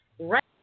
right